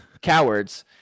cowards